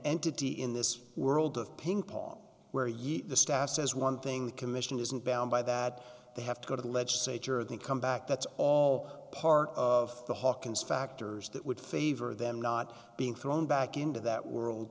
entity in this world of ping pong where you the staff says one thing the commission isn't bound by that they have to go to the legislature then come back that's all part of the hawkins factors that would favor them not being thrown back into that world